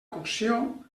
cocció